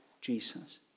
Jesus